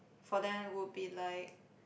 for them would be like